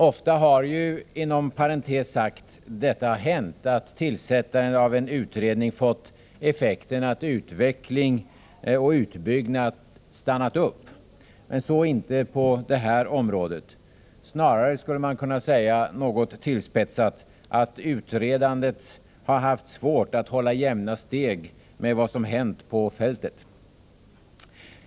Ofta har det — inom parentes sagt — hänt att tillsättandet av en utredning har fått den effekten att utveckling och utbyggnad stannar upp. Men så inte på det här området. Snarare skulle man kunna säga, något tillspetsat, att utredandet har haft svårt att hålla jämna steg med vad som har hänt på fältet.